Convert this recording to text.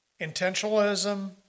intentionalism